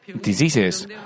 diseases